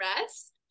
rest